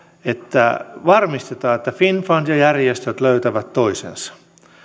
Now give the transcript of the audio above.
että varmistetaan että finnfund ja järjestöt löytävät toisensa